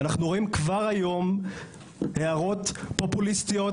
אנחנו רואים כבר היום הערות פופוליסטיות